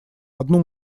одну